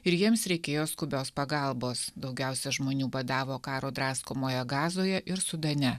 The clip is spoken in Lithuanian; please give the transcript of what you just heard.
ir jiems reikėjo skubios pagalbos daugiausia žmonių badavo karo draskomoje gazoje ir sudane